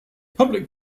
public